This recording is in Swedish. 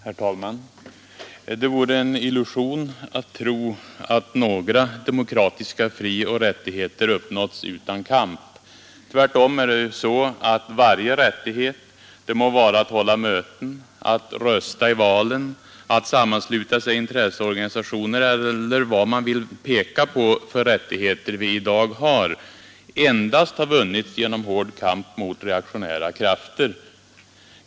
Herr talman! Det vore en illusion att tro att några demokratiska frioch rättigheter uppnåtts utan kamp. Tvärtom är det så att varje rättighet — det må vara att hålla möten, att rösta i valen, att sammansluta sig i intresseorganisationer eller vad man vill peka på för rättigheter vi i dag har — endast har vunnits genom hård kamp mot reaktionära krafter.